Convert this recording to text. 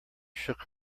shook